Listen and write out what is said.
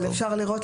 אבל אפשר לראות,